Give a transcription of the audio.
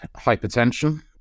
hypertension